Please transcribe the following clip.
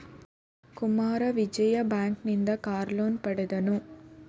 Kumara Vijaya bank ಇಂದ car loan ಪಡೆದನು